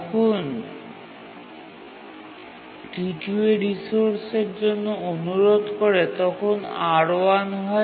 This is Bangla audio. যখন T2 কোনও রিসোর্স জন্য অনুরোধ করে তখন R1 হয়